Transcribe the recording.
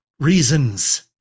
Reasons